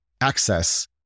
access